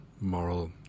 moral